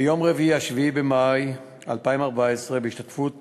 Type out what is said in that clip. ביום רביעי, 7 במאי 2014, בהשתתפות